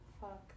fuck